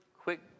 quick